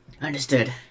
Understood